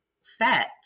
set